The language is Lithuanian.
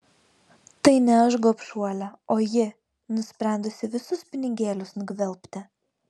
tai ne aš gobšuolė o ji nusprendusi visus pinigėlius nugvelbti